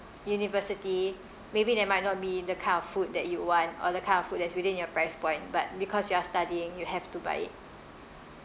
university maybe they might not be the kind of food that you want or the kind of food that's within your price point but because you are studying you have to buy it